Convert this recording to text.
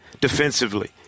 defensively